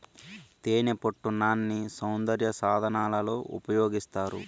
తేనెపట్టు నాన్ని సౌందర్య సాధనాలలో ఉపయోగిస్తారు